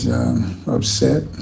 upset